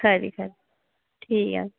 खरी खरी ठीक ऐ